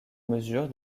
mesure